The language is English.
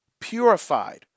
purified